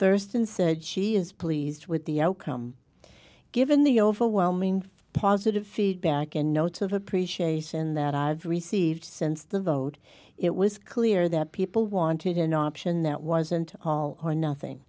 thurston said she is pleased with the outcome given the overwhelming positive feedback and notes of appreciation that i've received since the vote it was clear that people wanted an option that wasn't all or nothing